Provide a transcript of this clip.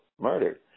murdered